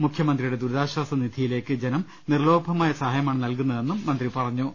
മുഖ്യമന്ത്രിയുടെ ദുരിതാശാസ നിധിയിലേക്ക് ജനം നിർലോഭമായ സഹായമാണ് നൽകുന്നതെന്നും അദ്ദേഹം പറഞ്ഞു